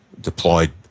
deployed